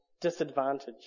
disadvantage